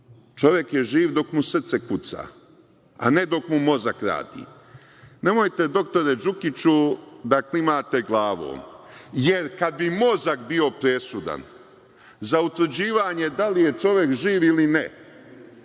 Čovek je živ dok mu srce kuca, a ne dok mu mozak radi. Nemojte, doktore Đukiću, da klimate glavom, jer kad bi mozak bio presudan za utvrđivanje da li je čovek živ ili ne,